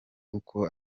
uko